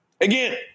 Again